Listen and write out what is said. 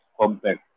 compact